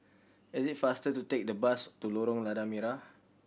it is faster to take the bus to Lorong Lada Merah